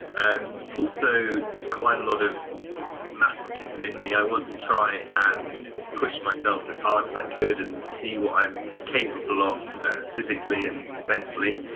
ah also, there's quite a lot of masochism in me. i want to try and push myself as hard as i could and see what i'm capable of physically and mentally.